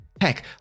Heck